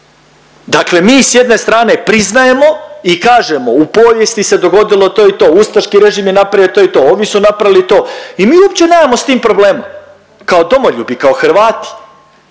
Dakle mi s jedne strane priznajemo i kažemo u povijesti se dogodilo to i to ustaški režim je napravio to i to, ovi su napravili to i mi uopće nemamo s tim problema kao domoljubi kao Hrvati.